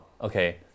okay